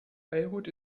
beirut